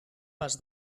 pas